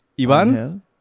Ivan